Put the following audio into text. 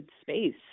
space